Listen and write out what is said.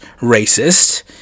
racist